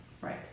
Right